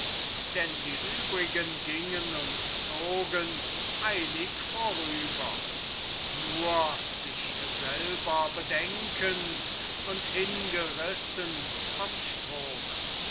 denn die übrigen gingen und zogen eilig vorüber nur sich selber bedenkend und hingerissen vom strome